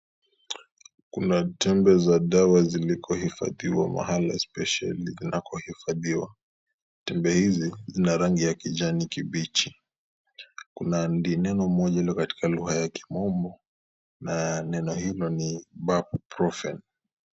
Kuna tembe za dawa ziliohifadhiwa mahali spesheli zinakohifadhiwa, tembe hizi zina rqngi ya kijani kibichi, kuna neno moja iliyo katika lugha ya kimombo na neno hilo ni Ibuprofen.